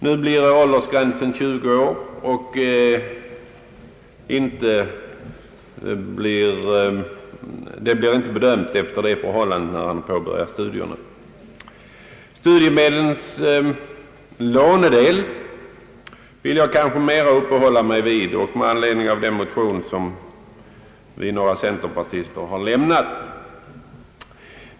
Nu blir åldersgränsen 20 år, och bedömningen skall inte längre ske med hänsyn till när studierna påbörjats. Studiemedlens lånedel vill jag något utförligare uppehålla mig vid med anledning av den motion som har väckts av några centerpartister.